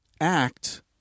act